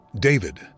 David